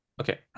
Okay